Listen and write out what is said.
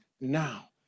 now